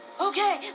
Okay